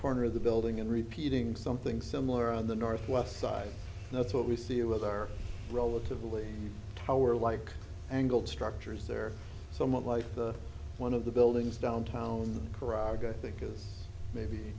corner of the building and repeating something similar on the northwest side that's what we see with our relatively tower like angled structures there somewhat like the one of the buildings downtown parag i think is maybe